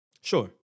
Sure